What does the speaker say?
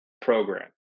program